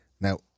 Now